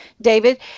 David